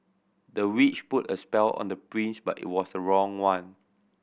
the witch put a spell on the prince but it was the wrong one